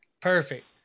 Perfect